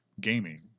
gaming